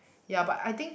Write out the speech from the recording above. ya but I think